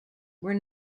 were